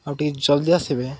ଆଉ ଟିକେ ଜଲ୍ଦି ଆସିବେ